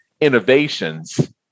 innovations